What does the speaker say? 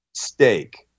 steak